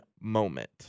moment